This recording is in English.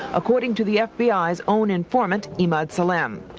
according to the fbi's own informant, emad salem.